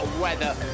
weather